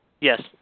Yes